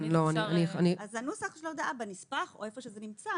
אם כן את הנוסח של ההודעה בנספח או איפה שזה נמצא,